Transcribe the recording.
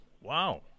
wow